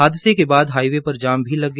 हादसे के बाद हाइवे पर जाम लग गया